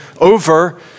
over